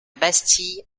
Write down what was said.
bastille